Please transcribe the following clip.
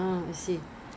if you if I go out lah